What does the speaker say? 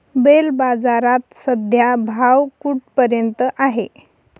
बैल बाजारात सध्या भाव कुठपर्यंत आहे?